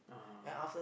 ah